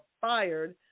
fired